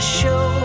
show